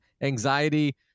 anxiety